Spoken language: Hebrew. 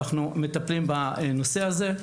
ואנחנו מטפלים בנושא הזה.